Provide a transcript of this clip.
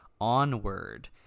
onward